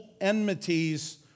enmities